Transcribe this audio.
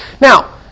Now